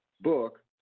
book